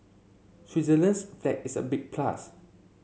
Switzerland's flag is a big plus